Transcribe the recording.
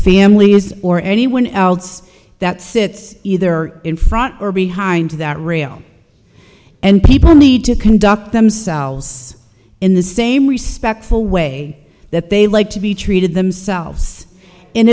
families or anyone else that sits either in front or behind that rail and people need to conduct themselves in the same respect for way that they like to be treated themselves and